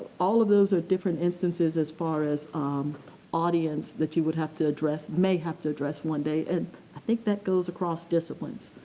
all of those are different instances as far as um audience that you would have to address may have to address one day and i think that goes across disciplines.